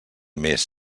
més